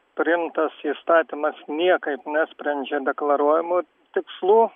priimtas įstatymas niekaip nesprendžia deklaruojamų tikslų